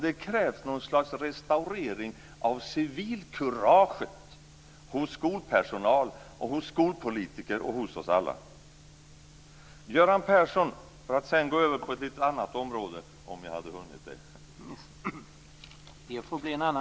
Det krävs något slags restaurering av civilkuraget hos skolpersonal, hos skolpolitiker och hos oss alla.